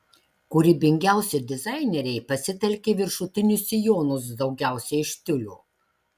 kūrybingiausi dizaineriai pasitelkė viršutinius sijonus daugiausiai iš tiulio